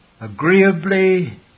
Agreeably